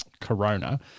Corona